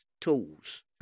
tools